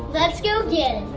let's go get